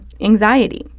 anxiety